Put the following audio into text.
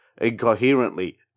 incoherently